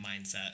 mindset